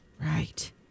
Right